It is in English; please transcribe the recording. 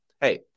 hey